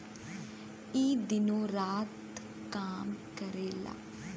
ई दिनो रात काम करेला